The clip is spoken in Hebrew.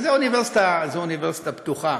זו אוניברסיטה פתוחה,